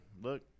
look